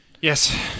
Yes